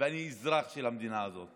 אני אזרח של המדינה הזאת